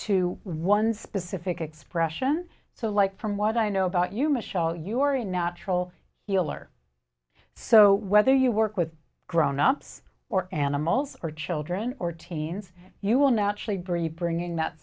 to one specific expression so like from what i know about you michel you're a natural healer so whether you work with grown ups or animals or children or teens you will naturally breed bringing that